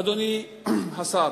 אדוני השר,